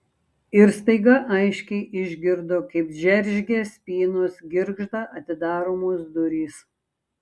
ir staiga aiškiai išgirdo kaip džeržgia spynos girgžda atidaromos durys